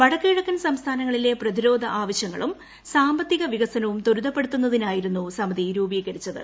വടക്കു കിഴക്കൻ സംസ്ഥാനങ്ങളിലെ പ്രതിരോധ ആവശ്യങ്ങളും സാമ്പത്തിക വികസനവും ത്വരിതപ്പെടുത്തുന്നതിനായിരുന്നു സമിതി രൂപീകരിച്ചത്